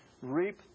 reap